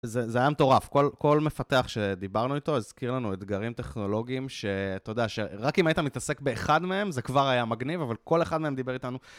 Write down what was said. זה היה מטורף, כל מפתח שדיברנו איתו הזכיר לנו אתגרים טכנולוגיים שאתה יודע שרק אם היית מתעסק באחד מהם זה כבר היה מגניב, אבל כל אחד מהם דיבר איתנו.